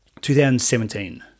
2017